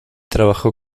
trabajó